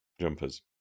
jumpers